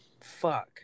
Fuck